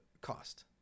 cost